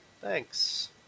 thanks